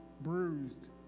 Bruised